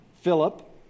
Philip